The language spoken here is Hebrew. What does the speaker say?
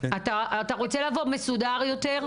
אתה רוצה לבוא מסודר יותר?